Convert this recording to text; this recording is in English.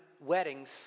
weddings